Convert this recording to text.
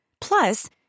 Plus